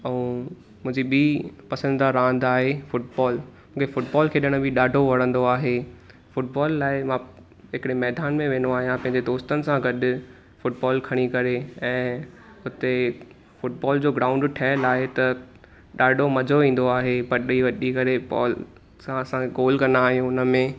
अहु ऐं मुंहिंजी ॿि पंसदीदा रांदि आहे फुटबॉल मूंखे फुटबॉल खेॾण बि ॾाॾो वणन्दो आहे फुटबॉल लाइ मां हिकिड़े मैदानु में वेन्दो आहियां पंहिंजे दोस्तनि सां गॾु फुटबॉल खणी करे ऐं हुते फुटबॉल जो ग्राउंड ठहियल आहे त ॾाॾो मज़ो ईन्दो आहे करे बॉल सां असां गोल कन्दा आहियूं हुनमें